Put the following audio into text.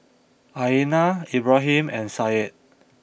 Aina Ibrahim and Syed